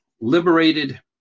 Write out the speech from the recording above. liberated